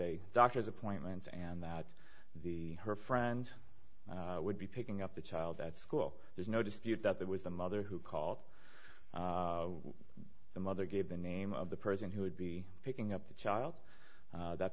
a doctor's appointments and that the her friend would be picking up the child at school there's no dispute that it was the mother who called the mother gave the name of the person who would be picking up the child that